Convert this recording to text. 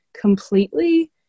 completely